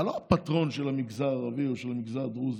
אתה לא הפטרון של המגזר הערבי או של המגזר הדרוזי.